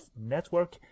network